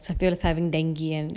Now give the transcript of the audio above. shafti having dengue and